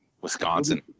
Wisconsin